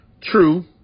True